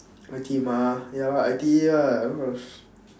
I_T_E mah ya lah I_T_E ah